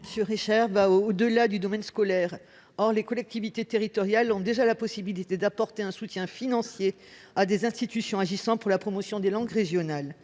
amendement va au-delà du domaine scolaire. Or les collectivités territoriales ont déjà la possibilité d'apporter un soutien financier à des institutions agissant pour la promotion des langues régionales.